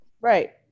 Right